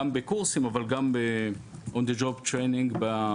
גם בקורסים אבל גם on the job training בשטח.